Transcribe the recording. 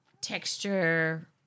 texture